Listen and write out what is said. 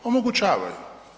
Omogućavaju.